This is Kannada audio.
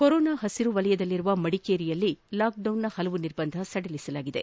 ಕೊರೊನಾ ಪಸಿರು ವಲಯದಲ್ಲಿರುವ ಮಡಿಕೇರಿಯಲ್ಲಿ ಲಾಕ್ಡೌನ್ನ ಪಲವು ನಿರ್ಬಂಧಗಳನ್ನು ಸಡಿಲಿಸಲಾಗಿದೆ